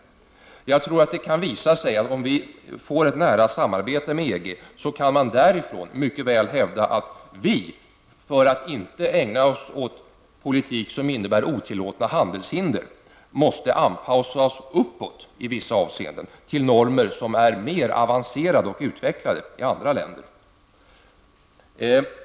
Jag tror att om vi får ett nära samarbete med EG kan man därifrån mycket väl hävda att vi, för att inte ägna oss åt politik som innebär otillåtna handelshinder, måste anpassa oss uppåt i vissa avseenden till normer som är mer avancerade och utvecklade i andra länder.